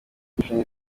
yashinze